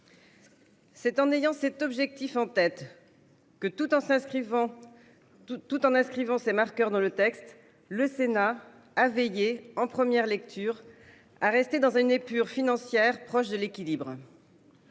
C'est en ayant cet objectif en tête que, tout en inscrivant ses marqueurs dans le texte, le Sénat a veillé, en première lecture, à rester dans une épure financière proche de l'équilibre.